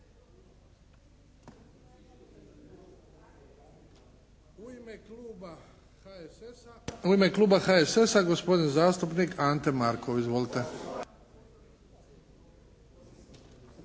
U ime kluba HSS-a, gospodin zastupnik Ante Markov. Izvolite!